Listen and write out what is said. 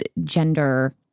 gender